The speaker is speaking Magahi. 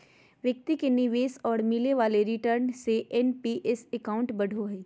व्यक्ति के निवेश और मिले वाले रिटर्न से एन.पी.एस अकाउंट बढ़ो हइ